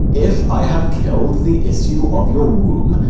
if i have kill'd the issue of your womb,